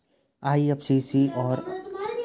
IFSC और IBAN का काम एक जैसा ही होता है